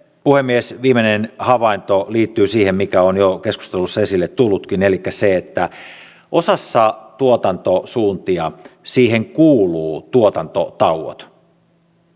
sitten puhemies viimeinen havainto liittyy siihen mikä on jo keskustelussa esille tullutkin elikkä siihen että osaan tuotantosuuntia kuuluvat tuotantotauot